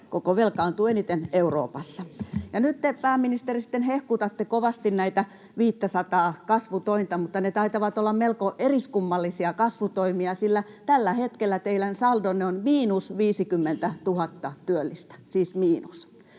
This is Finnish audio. velkaantuu eniten Euroopassa. Ja nyt te, pääministeri, sitten hehkutatte kovasti näitä 500:aa kasvutointa, mutta ne taitavat olla melko eriskummallisia kasvutoimia, sillä tällä hetkellä teidän saldonne on miinus 50 000 työllistä, siis miinus.